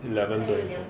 eleven already